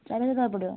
ଚାରି ହଜାର ଦେବାକୁ ପଡ଼ିବ